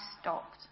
stopped